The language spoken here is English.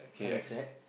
some of that